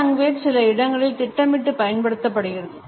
Paralanguage சில இடங்களில் திட்டமிட்டு பயன்படுத்தப்படுகிறது